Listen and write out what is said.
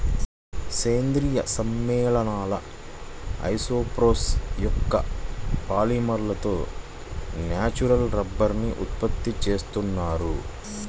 సేంద్రీయ సమ్మేళనాల ఐసోప్రేన్ యొక్క పాలిమర్లతో న్యాచురల్ రబ్బరుని ఉత్పత్తి చేస్తున్నారు